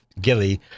Gilly